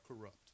corrupt